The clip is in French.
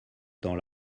temps